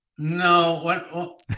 No